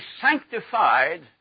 sanctified